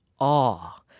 awe